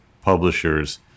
publishers